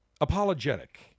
apologetic